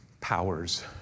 powers